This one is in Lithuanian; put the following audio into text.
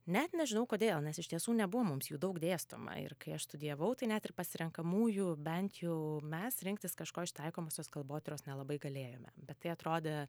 net nežinau kodėl nes iš tiesų nebuvo mums jų daug dėstoma ir kai aš studijavau tai net ir pasirenkamųjų bent jų mes rinktis kažko iš taikomosios kalbotyros nelabai galėjome bet tai atrodė